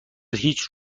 هیچ